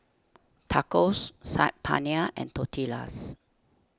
Tacos Saag Paneer and Tortillas